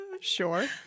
Sure